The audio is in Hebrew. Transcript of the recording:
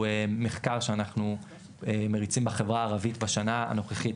מחקר שאנחנו מריצים בחברה הערבית בשנה הנוכחית,